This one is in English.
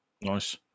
nice